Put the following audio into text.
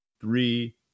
three